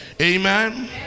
Amen